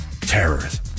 Terrorism